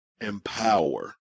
Empower